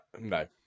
no